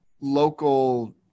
local